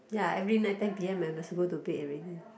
ya every night ten P_M I must go to bed already